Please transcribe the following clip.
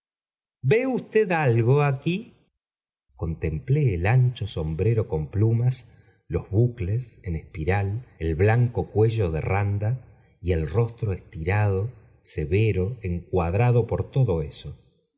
ve usted algo aquí contempló el ancho sombrero con plumas los bucles en espiral el blanco cuello do randa y el rostro estirado severo encuadrado por todo eso